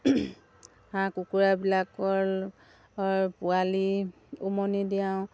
হাঁহ কুকুৰাবিলাকৰ পোৱালি উমনি দিয়াওঁ